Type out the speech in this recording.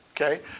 Okay